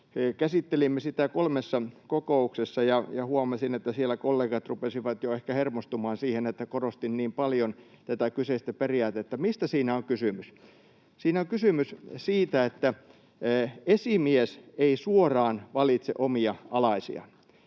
Käsittelimme sitä kolmessa kokouksessa, ja huomasin, että siellä kollegat rupesivat jo ehkä hermostumaan siihen, että korostin niin paljon tätä kyseistä periaatetta. Mistä siinä on kysymys? Siinä on kysymys siitä, että esimies ei suoraan valitse omia alaisiaan.